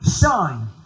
shine